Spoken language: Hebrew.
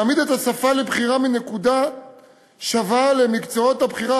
להעמיד את לימודי השפה לבחירה מנקודה שווה למקצועות הבחירה